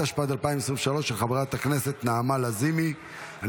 התשפ"ג 2023, לא אושרה, ותוסר מסדר-היום.